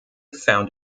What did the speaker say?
found